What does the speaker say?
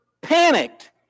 panicked